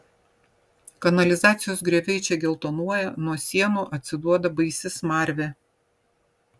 kanalizacijos grioviai čia geltonuoja nuo sienų atsiduoda baisi smarvė